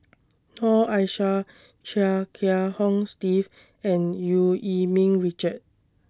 Noor Aishah Chia Kiah Hong Steve and EU Yee Ming Richard